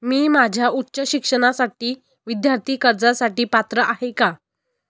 मी माझ्या उच्च शिक्षणासाठी विद्यार्थी कर्जासाठी पात्र आहे का?